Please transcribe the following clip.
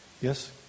Yes